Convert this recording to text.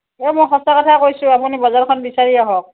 এ মই সঁচা কথা কৈছোঁ আপুনি বজাৰখন বিচাৰি আহক